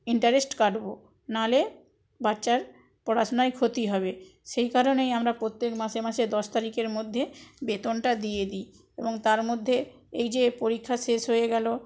interest কাটবো নাহলে বাচ্চার পড়াশুনায় ক্ষতি হবে সেই কারণেই আমরা প্রত্যেক মাসে মাসে দশ তারিখের মধ্যে বেতনটা দিয়ে দিই এবং তার মধ্যে এই যে পরীক্ষা শেষ হয়ে গেল